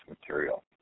material